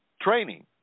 training